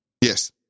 Yes